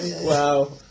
Wow